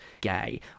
gay